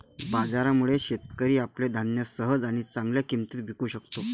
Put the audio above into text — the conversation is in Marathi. बाजारामुळे, शेतकरी आपले धान्य सहज आणि चांगल्या किंमतीत विकू शकतो